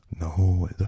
No